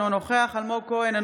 אינו נוכח אלמוג כהן,